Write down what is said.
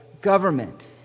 government